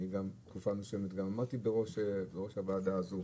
תקופה מסוימת גם עמדתי בראש הוועדה הזו,